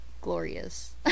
glorious